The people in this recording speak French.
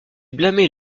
blâmait